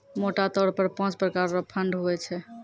मोटा तौर पर पाँच प्रकार रो फंड हुवै छै